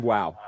Wow